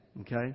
okay